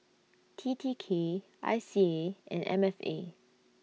T T K I C A and M F A